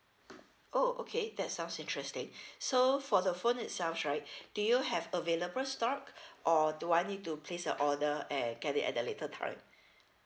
oh okay that sounds interesting so for the phone itself right do you have available stock or do I need to place a order and get it at the later time